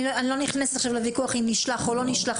אני לא נכנסת לוויכוח אם נשלח או לא נשלח,